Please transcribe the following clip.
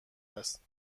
است